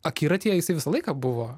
akiratyje jisai visą laiką buvo